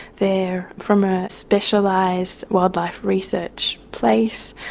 they're from a specialised wildlife research place.